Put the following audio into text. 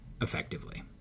effectively